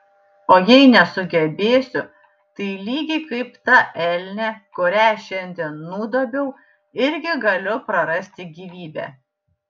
o jei nesugebėsiu tai lygiai kaip ta elnė kurią šiandien nudobiau irgi galiu prarasti gyvybę